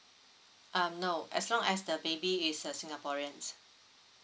um no as long as the baby is a singaporeans